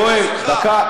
יואל, דקה.